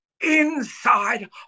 inside